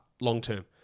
long-term